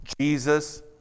Jesus